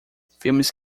filmes